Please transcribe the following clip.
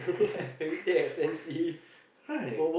right